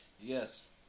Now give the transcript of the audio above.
Yes